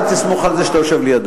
אל תסמוך על זה שאתה יושב לידו.